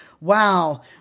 wow